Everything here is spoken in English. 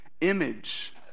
Image